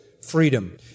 freedom